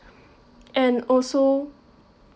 and also